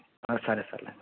సరే సర్లే అన్న